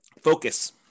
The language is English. Focus